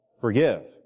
forgive